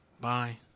Bye